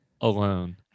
alone